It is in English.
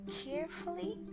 carefully